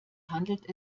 handelt